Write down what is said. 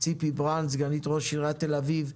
ציפי ברנד סגנית ראש עיריית תל-אביב,